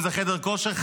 אם זה חדר כושר,